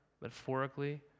metaphorically